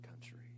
country